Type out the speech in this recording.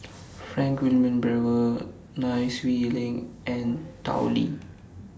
Frank Wilmin Brewer Nai Swee Leng and Tao Li